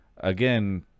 again